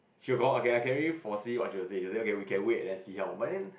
she will confirm I can already foresee what she will say she said okay we can wait then see how